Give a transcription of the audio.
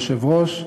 יושב-ראש,